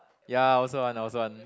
ya I also want I also want